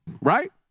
right